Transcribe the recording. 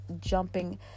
jumping